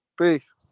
Peace